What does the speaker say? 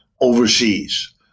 overseas